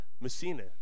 Messina